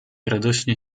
radośnie